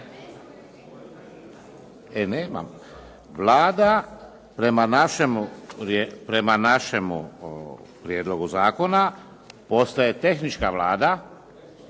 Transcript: E nemam. Vlada prema našem prijedlogu zakona postaje tehnička Vlada